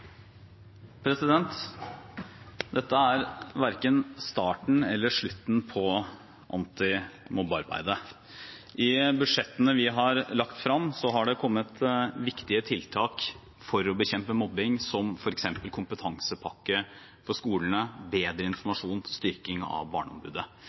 Dette er verken starten eller slutten på antimobbearbeidet. I budsjettene vi har lagt frem, har det kommet viktige tiltak for å bekjempe mobbing, som f.eks. kompetansepakke for skolene, bedre